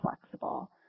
flexible